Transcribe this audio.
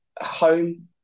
home